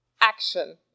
action